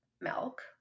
milk